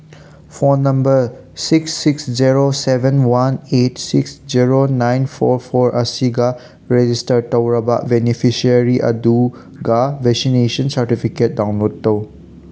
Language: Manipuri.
phone number six six zero seven one eight six zero nine four four ꯑꯁꯤꯒ ꯔꯤꯖꯤꯁꯇꯔ ꯇꯧꯔꯕ ꯕꯦꯅꯤꯐꯤꯁꯤꯌꯥꯔꯤ ꯑꯗꯨꯒ ꯚꯦꯛꯁꯤꯅꯦꯁꯟ ꯁꯥꯔꯇꯤꯐꯤꯀꯦꯠ ꯗꯥꯎꯟꯂꯣꯠ ꯇꯧ